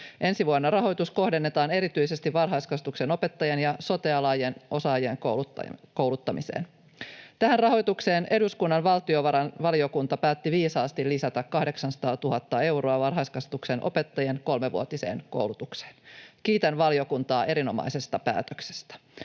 Ensi vuonna rahoitus kohdennetaan erityisesti varhaiskasvatuksen opettajien ja sote-alan osaajien kouluttamiseen. Tähän rahoitukseen eduskunnan valtiovarainvaliokunta päätti viisaasti lisätä 800 000 euroa varhaiskasvatuksen opettajien kolmevuotiseen koulutukseen. Kiitän valiokuntaa erinomaisesta päätöksestä.